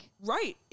Right